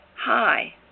Hi